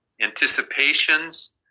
Anticipations